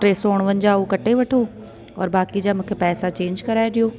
टे सौ उणिवंजाह हू कटे वठो और बाक़ी जा मूंखे पैसा चेंज कराइ ॾियो